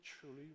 truly